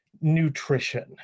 nutrition